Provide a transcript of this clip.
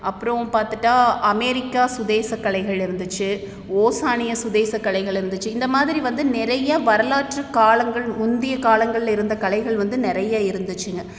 அப்புறோம் பார்த்துட்டா அமெரிக்கா சுதேச கலைகள் இருந்துச்சு ஓசானிய சுதேச கலைகள் இருந்துச்சு இந்த மாதிரி வந்து நிறைய வரலாற்று காலங்கள் முந்திய காலங்கள்ல இருந்த கலைகள் வந்து நிறைய இருந்துச்சிங்க